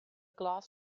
glass